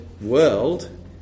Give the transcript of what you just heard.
world